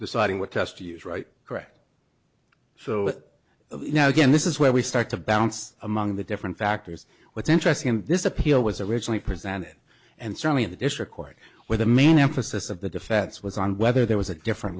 deciding what test use right correct so you know again this is where we start to balance among the different factors what's interesting in this appeal was originally presented and certainly in the district court where the main emphasis of the defense was on whether there was a different